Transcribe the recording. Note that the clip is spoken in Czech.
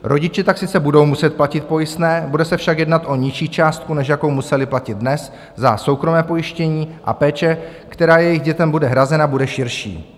Rodiče tak sice budou muset platit pojistné, bude se však jednat o nižší částku, než jakou museli platit dnes za soukromé pojištění, a péče, která jejich dětem bude hrazena, bude širší.